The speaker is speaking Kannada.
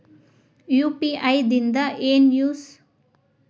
ಯು.ಪಿ.ಐ ದಿಂದ ಏನು ಯೂಸ್?